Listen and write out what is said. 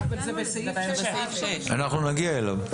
זה סעיף שנגיע אליו.